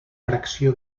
fracció